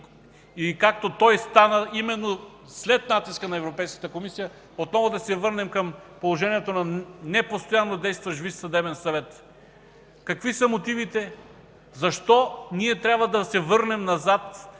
и както той стана именно след натиска на Европейската комисия, към положението на непостоянно действащ Висш съдебен съвет. Какви са мотивите? Защо трябва да се върнем назад